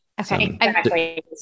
Okay